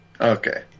Okay